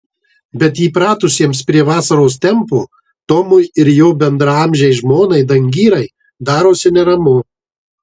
bet įpratusiems prie vasaros tempo tomui ir jo bendraamžei žmonai dangirai darosi neramu